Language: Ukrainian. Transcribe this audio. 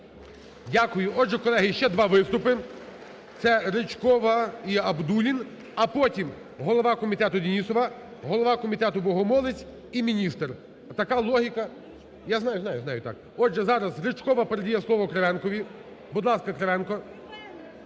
Дякую. Отже, колеги, ще два виступи. Це Ричкова і Абдуллін. А потім голова комітету Денісова, голова комітету Богомолець і міністр. Така логіка. Я знаю, знаю, так. Отже, зараз Ричкова передає слово Кривенкові. Будь ласка, Кривенко,